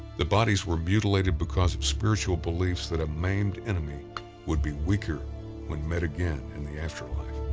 the bodies were mutilated because of spiritual beliefs that a maimed enemy would be weaker when met again in the afterlife.